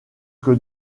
qui